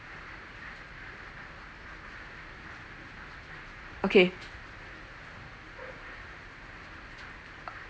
okay